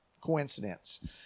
coincidence